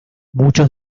muchos